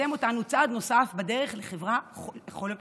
ולקדם אותנו צעד נוסף בדרך לחברה חומלת,